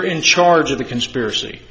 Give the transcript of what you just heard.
are in charge of the conspiracy